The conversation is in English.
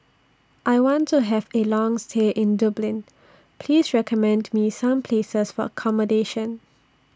I want to Have A Long stay in Dublin Please recommend Me Some Places For accommodation